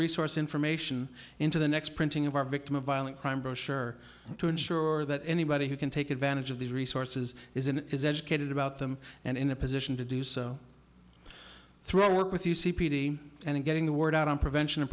resource information into the next printing of our victim of violent crime brochure to ensure that anybody who can take advantage of the resources is an educated about them and in a position to do so through our work with you c p d and getting the word out on prevention of